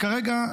אני כרגע,